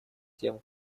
тем